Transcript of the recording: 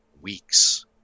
weeks